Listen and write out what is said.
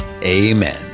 Amen